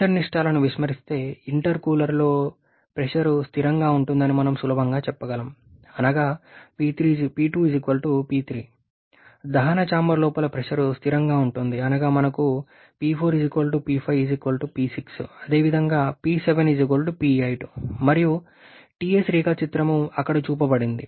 pressure నష్టాలను విస్మరిస్తే ఇంటర్కూలర్లో ప్రెషర్ స్థిరంగా ఉంటుందని మనం సులభంగా చెప్పగలం అనగా దహన చాంబర్ లోపల ప్రెషర్ స్థిరంగా ఉంటుంది అనగా మనకు ఇవి ఉన్నాయి అదే విధంగా మరియు Ts రేఖాచిత్రం అక్కడ చూపబడింది